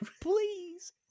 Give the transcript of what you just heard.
Please